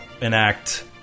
enact